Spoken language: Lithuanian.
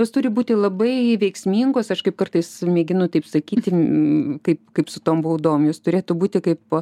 jos turi būti labai veiksmingos aš kaip kartais mėginu taip sakyti kaip kaip su tom baudom jos turėtų būti kaip